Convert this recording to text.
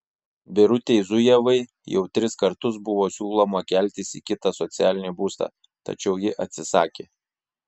birutei zujevai jau tris kartus buvo siūloma keltis į kitą socialinį būstą tačiau ji atsisakė